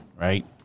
Right